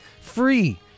Free